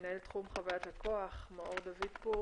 מנהל תחום חוויית לקוח, מאור דוד פור.